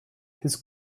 his